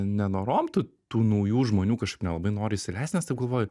nenorom tu tų naujų žmonių kažkaip nelabai nori įsileist nes taip galvoji